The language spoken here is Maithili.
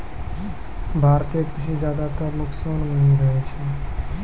भारतीय कृषि ज्यादातर नुकसान मॅ ही रहै छै